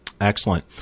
Excellent